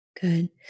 Good